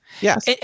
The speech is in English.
Yes